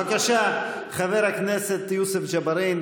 בבקשה, חבר הכנסת יוסף ג'בארין.